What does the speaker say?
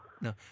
no